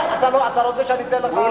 רוצה שאני אתן לך,